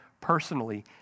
personally